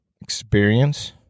experience